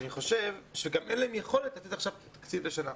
אני חושב שגם אין להם יכולת לתת עכשיו תקציב לשנה.